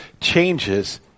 changes